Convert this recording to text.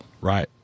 Right